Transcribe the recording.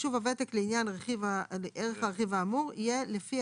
חישוב הוותק לעניין ערך הרכיב האמור יהיה לפי